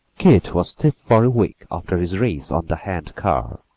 keith was stiff for a week after his race on the hand-car,